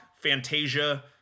Fantasia